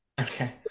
Okay